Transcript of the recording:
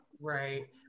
right